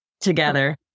together